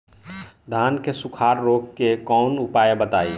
धान के सुखड़ा रोग के कौनोउपाय बताई?